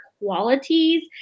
Qualities